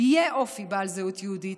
אופי בעל זהות יהודית,